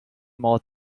more